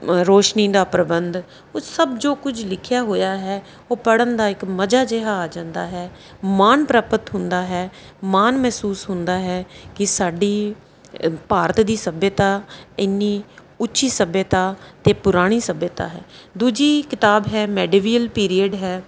ਰੋਸ਼ਨੀ ਦਾ ਪ੍ਰਬੰਧ ਉਹ ਸਭ ਜੋ ਕੁਝ ਲਿਖਿਆ ਹੋਇਆ ਹੈ ਉਹ ਪੜ੍ਹਨ ਦਾ ਇੱਕ ਮਜ਼ਾ ਜਿਹਾ ਆ ਜਾਂਦਾ ਹੈ ਮਾਣ ਪ੍ਰਾਪਤ ਹੁੰਦਾ ਹੈ ਮਾਨ ਮਹਿਸੂਸ ਹੁੰਦਾ ਹੈ ਕਿ ਸਾਡੀ ਭਾਰਤ ਦੀ ਸੱਭਿਅਤਾ ਇੰਨੀ ਉੱਚੀ ਸੱਭਿਅਤਾ ਤੇ ਪੁਰਾਣੀ ਸੱਭਿਅਤਾ ਹੈ ਦੂਜੀ ਕਿਤਾਬ ਹੈ ਮੇਡੀਵੀਅਲ ਪੀਰੀਅਡ ਹੈ